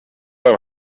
beim